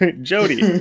Jody